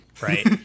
Right